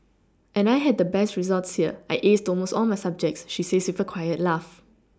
and I had the best results here I aced almost all my subjects she says with a quiet laugh